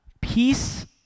peace